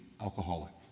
alcoholic